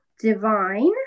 divine